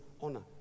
honor